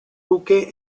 duque